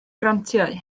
grantiau